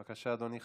בבקשה, אדוני.